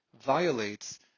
violates